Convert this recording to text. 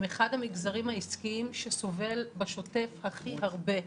אחד המגזרים העסקיים שסובל בשוטף הכי הרבה.